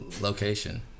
location